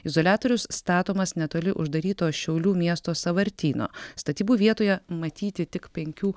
izoliatorius statomas netoli uždaryto šiaulių miesto sąvartyno statybų vietoje matyti tik penkių